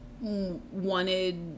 wanted